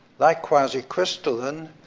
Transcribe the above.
like quasicrystalline,